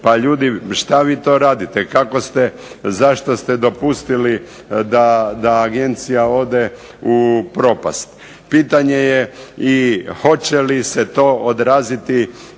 pa ljudi što vi to radite, kako ste, zašto ste dopustili da agencija ode u propast? Pitanje je i hoće li se to odraziti